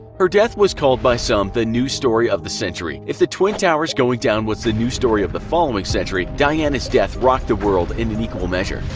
her death was called by some the news story of the century. if the twin towers going down was the news story of the following century, diana's death rocked the world in and equal measure.